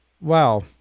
wow